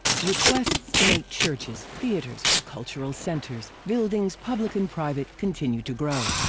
requests to make churches, theaters, cultural centers, buildings public and private continued to grow.